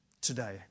today